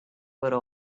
little